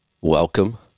Welcome